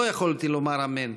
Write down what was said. לא יכולתי לומר אמן,